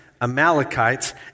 Amalekites